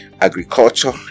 agriculture